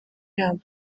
yabo